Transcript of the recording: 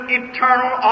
eternal